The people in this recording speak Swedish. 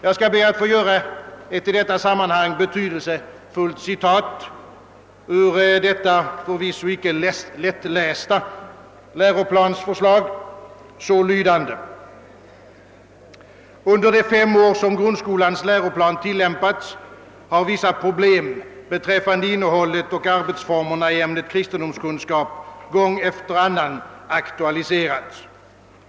Jag skall be att få göra ett i detta sammanhang betydelsefullt citat ur detta förvisso icke lättlästa läroplansförslag: »Under de fem år, som grundskolans läroplan tillämpats, har emellertid vissa problem beträffande innehållet och arbetsformerna i ämnet kristendomskunskap gång efter annan aktualiserats.